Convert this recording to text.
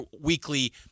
weekly